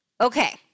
Okay